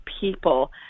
people